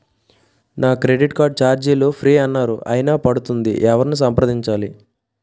నా credit card ఛార్జీలు free అన్నారు అయినా పడుతుంది ఎవరిని సంప్రదించాలి?